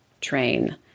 train